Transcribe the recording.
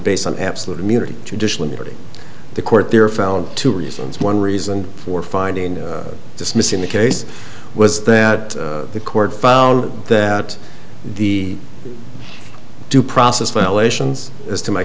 based on absolute immunity traditionally pretty the court there found two reasons one reason for finding dismissing the case was that the court found that the due process violations as to my